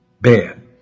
bad